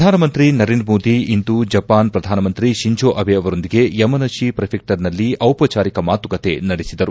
ಪ್ರಧಾನಮಂತ್ರಿ ನರೇಂದ್ರ ಮೋದಿ ಇಂದು ಜಪಾನ್ ಪ್ರಧಾನಮಂತ್ರಿ ಶಿಂಜೋ ಅಬೆ ಅವರೊಂದಿಗೆ ಯಮನಶಿ ಪ್ರಿಫೆಕ್ಟರ್ನಲ್ಲಿ ದಿಪಚಾರಿಕ ಮಾತುಕತೆ ನಡೆಸಿದರು